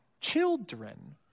children